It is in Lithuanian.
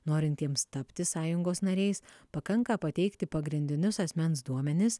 norintiems tapti sąjungos nariais pakanka pateikti pagrindinius asmens duomenis